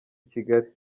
kigali